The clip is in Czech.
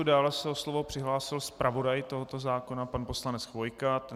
Dále se o slovo přihlásil zpravodaj tohoto zákona pan poslanec Chvojka.